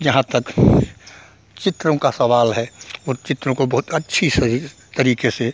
जहाँ तक चित्रों का सवाल है उन चित्रों को बहुत अच्छी से तरीके से